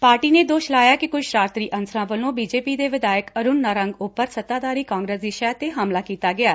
party ਨੇ ਦੋਸ਼ ਲਾਇਆ ਕਿ ਕੁਝ ਸ਼ਰਾਰਤੀ ਅਨਸਰਾਂ ਵਲੋ ਬੀ ਜੇ ਪੀ ਦੇ ਵਿਧਾਇਕ ਅਰੁਨ ਨਾਰੰਗ ਉਪਰ ਸੱਤਾਧਾਰੀ ਕਾਂਗਰਸ ਦੀ ਸ਼ਹਿ ਤੇ ਹਮਲਾ ਕੀਤਾ ਗਿਐ